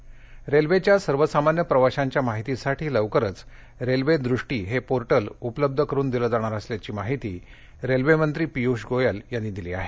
गोयल रेल्वेच्या सर्वसामान्य प्रवाशांच्या माहितीसाठी लवकरच रेल्वे दृष्टी हे पोर्टल उपलब्ध करून दिलं जाणार असल्याची माहिती रेल्वेमंत्री पीयूष गोयल यांनी दिली आहे